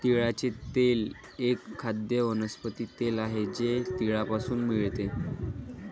तिळाचे तेल एक खाद्य वनस्पती तेल आहे जे तिळापासून मिळते